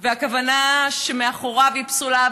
והכוונה שמאחוריו פסולה,